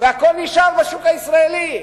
והכול נשאר בשוק הישראלי.